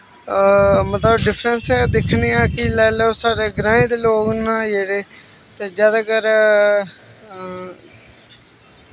मतलव डिफरैंस दिक्खने आं कि लाई लैओ साढ़े ग्राएं दे लोग ना जेह्ड़े ते जादातर